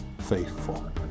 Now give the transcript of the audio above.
faithful